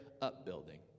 upbuilding